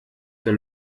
der